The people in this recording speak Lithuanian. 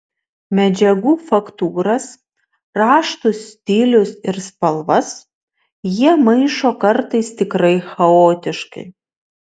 medžiagų faktūras raštus stilius ir spalvas jie maišo kartais tikrai chaotiškai